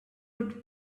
would